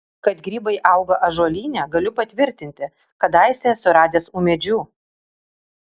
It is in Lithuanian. kad grybai auga ąžuolyne galiu patvirtinti kadaise esu radęs ūmėdžių